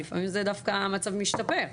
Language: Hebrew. לפעמים זה דווקא המצב משתפר.